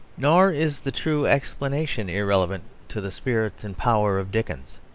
nor is the true explanation irrelevant to the spirit and power of dickens.